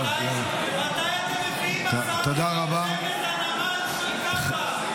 מתי אתם מביאים הצעת חוק נגד הנמל של קטר?